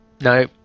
No